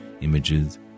images